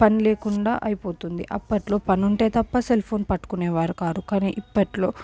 పని లేకుండా అయిపోతుంది అప్పట్లో పని ఉంటే తప్ప సెల్ ఫోన్ పట్టుకునే వారు కాదు కానీ ఇప్పట్లో